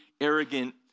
arrogant